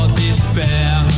despair